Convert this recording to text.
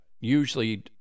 usually